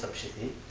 um should be